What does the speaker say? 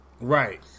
Right